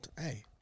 Hey